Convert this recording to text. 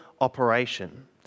operation